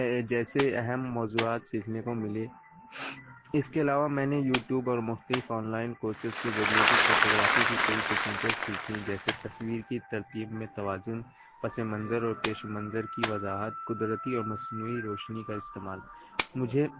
جیسے اہم موضوعات سیکھنے کو ملے اس کے علاوہ میں نے یوٹیوب اور مختلف آنلائن کورسز کے ذریعے بھی فوٹوگرافی کی کئی ٹنیکنیکیں سیکھیں جیسے تصویر کی ترتیب میں توازن پس منظر اور پیش منظر کی وضاحت قدرتی اور مصنوعی روشنی کا استعمال مجھے